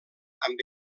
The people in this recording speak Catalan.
amb